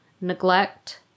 neglect